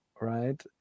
right